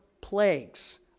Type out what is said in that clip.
plagues